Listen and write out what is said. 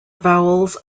vowels